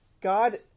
God